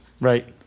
Right